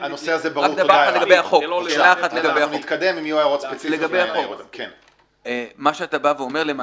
לגבי החוק, מה שאתה אומר, מה